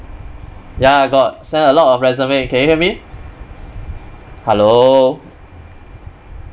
ya I got send a lot of resume can you hear me hello